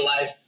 life